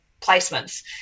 placements